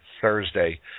Thursday